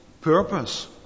purpose